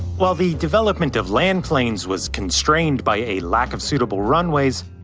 while the development of land planes was constrained by a lack of suitable runways,